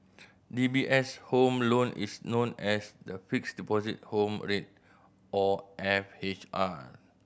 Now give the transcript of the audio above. D B S' Home Loan is known as the Fixed Deposit Home Rate or F H R